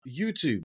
YouTube